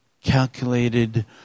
calculated